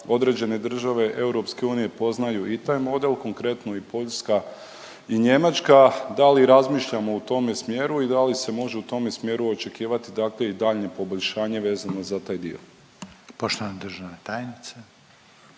određene države EU poznaju i taj model, konkretno i Poljska i Njemačka. Da li razmišljamo u tome smjeru i da li se može u tome smjeru očekivati dakle i daljnje poboljšanje vezano za taj dio? **Reiner, Željko